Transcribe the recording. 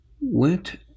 went